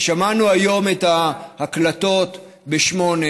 שמענו היום את ההקלטות, ב-20:00,